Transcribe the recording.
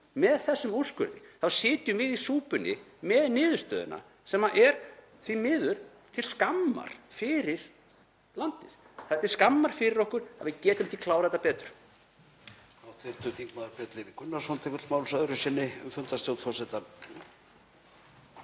með þessum úrskurði þá sitjum við í súpunni með niðurstöðuna sem er því miður til skammar fyrir landið. Það er til skammar fyrir okkur að við getum ekki klárað þetta betur.